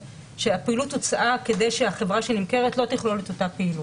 שאפילו תוצאה כדי שהחברה שהיא נמכרת לא תכלול את אותה פעילות.